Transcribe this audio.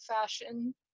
fashion